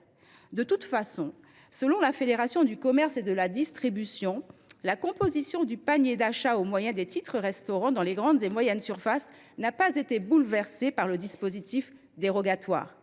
De toute façon, selon la Fédération du commerce et de la distribution (FCD), la composition du panier d’achat au moyen des titres restaurant dans les grandes et moyennes surfaces n’a pas été bouleversée par le dispositif dérogatoire.